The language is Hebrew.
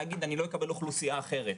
להגיד אני לא אקבל אוכלוסייה אחרת.